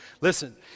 Listen